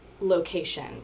location